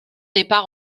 départ